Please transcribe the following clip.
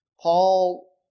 Paul